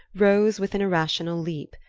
rose with an irrational leap.